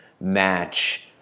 match